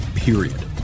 Period